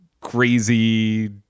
crazy